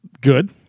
good